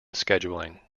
scheduling